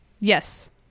yes